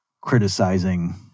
criticizing